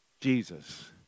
Jesus